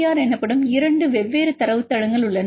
R எனப்படும் இரண்டு வெவ்வேறு தரவுத்தளங்கள் உள்ளன